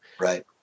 Right